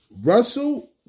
Russell